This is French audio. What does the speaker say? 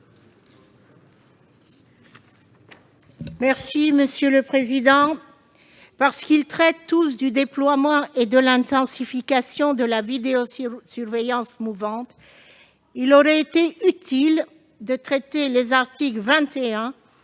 Mme Esther Benbassa. Parce qu'ils traitent tous du déploiement et de l'intensification de la vidéosurveillance mouvante, il aurait été utile de traiter les articles 21,